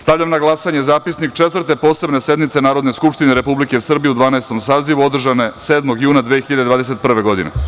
Stavljam na glasanje zapisnik Četvrte posebne sednice Narodne skupštine Republike Srbije u Dvanaestom sazivu, održane 7. juna 2021. godine.